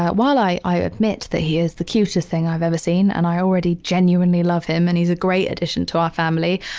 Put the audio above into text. while i i admit that he is the cutest thing i've ever seen and i already genuinely love him and he's a great addition to our family.